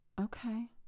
Okay